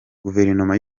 guverinoma